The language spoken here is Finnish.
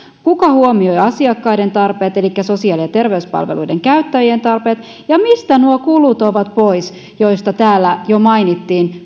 kuka huomioi asiakkaiden tarpeet elikkä sosiaali ja terveyspalveluiden käyttäjien tarpeet ja mistä nuo kiinteistömenojen osalta kasvavat kulut ovat pois joista täällä jo mainittiin